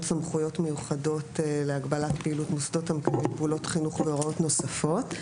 סמכויות מיוחדות להגבלת פעילות חינוך והוראות נוספות.